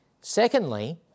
Secondly